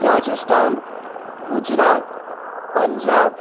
Rajasthan Gujarat Punjab